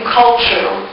culture